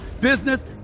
business